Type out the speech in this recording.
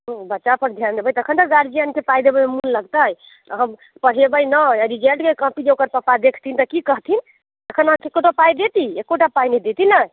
बच्चा पर ध्यान देबै तखन ने गार्जियनके पाइ देबेमे मन लगतै अहाँ पढ़ेबै नहि रिजल्टके कॉपी जे ओकर पप्पा देखथिन तऽ की कहथिन तखन अहाँकेँ एकोटा पाइ देथिन एकोटा पाइ नहि देथिन ने